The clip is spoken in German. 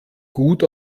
gut